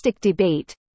debate